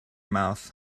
mouth